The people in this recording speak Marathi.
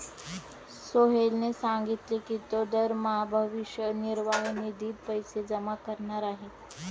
सोहेलने सांगितले की तो दरमहा भविष्य निर्वाह निधीत पैसे जमा करणार आहे